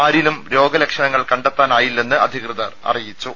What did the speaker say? ആരിലും രോഗലക്ഷണങ്ങൾ കണ്ടെത്താനായില്ലെന്ന് അധികൃതർ അറിയിച്ചു